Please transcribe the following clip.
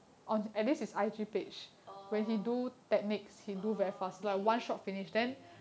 oh oh okay ya